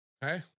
hey